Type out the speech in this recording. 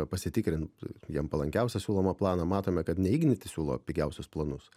pasitikrint jam palankiausią siūlomą planą matome kad ne ignitis siūlo pigiausius planus